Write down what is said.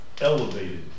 elevated